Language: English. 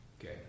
Okay